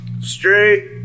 Straight